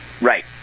Right